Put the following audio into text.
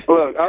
Look